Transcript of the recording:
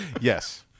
Yes